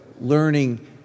learning